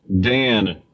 Dan